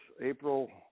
April